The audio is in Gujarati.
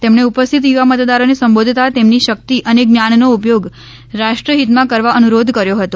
તેમણે ઉપસ્થિત યુવા મતદારોને સંબોધતા તેમની શક્તિ અને જ્ઞાનનો ઉપયોગ રાષ્ટ્રહિતમાં કરવા અનુરોધ કર્યો હતો